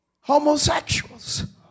homosexuals